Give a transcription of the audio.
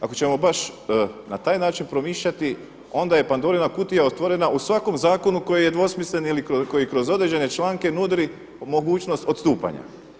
Ako ćemo baš na taj način promišljati onda je Pandorina kutija otvorena u svakom zakonu koji je dvosmislen ili koji kroz određene članke nudi mogućnost odstupanja.